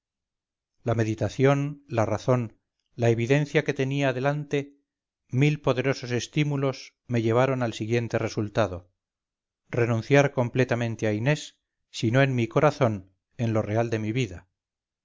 la meditación la razón la evidencia que tenía delante mil poderosos estímulos me llevaron al siguiente resultado renunciar completamente a inés si no en mi corazón en lo real de la vida